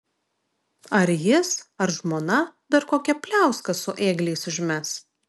ar jis ar žmona dar kokią pliauską su ėgliais užmes